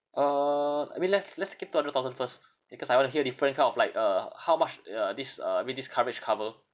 uh I mean let's let's keep to hundred thousand first because I want to hear different kind of like uh how much y~ uh this uh I mean this coverage cover